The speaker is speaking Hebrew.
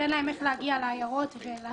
אז אין להם איך להגיע לעיירות ולמועצות.